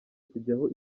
kujyaho